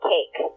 Cake